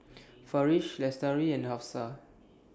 Farish Lestari and Hafsa